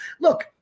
look